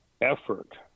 effort